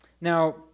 Now